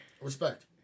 Respect